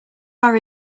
are